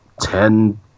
ten